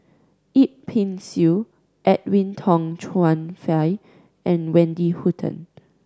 Yip Pin Xiu Edwin Tong Chun Fai and Wendy Hutton